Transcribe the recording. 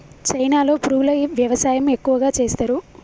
చైనాలో పురుగుల వ్యవసాయం ఎక్కువగా చేస్తరు